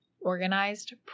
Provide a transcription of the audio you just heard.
organized